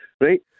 Right